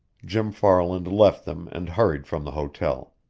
jim farland left them and hurried from the hotel.